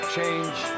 change